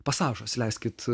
pasažas leiskit